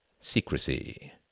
secrecy